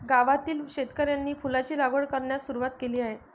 गावातील शेतकऱ्यांनी फुलांची लागवड करण्यास सुरवात केली आहे